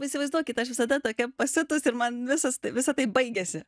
įsivaizduokit aš visada tokia pasiutus ir man visas visa tai baigėsi